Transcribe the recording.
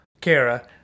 Kara